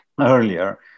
earlier